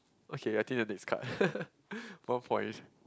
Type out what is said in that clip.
okay I think the next card four points